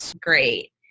great